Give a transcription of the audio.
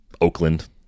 Oakland